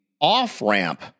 off-ramp